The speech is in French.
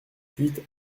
huit